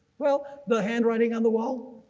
well the handwriting on the wall.